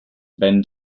been